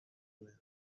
نوشت